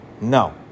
No